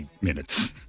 minutes